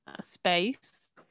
space